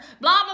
blah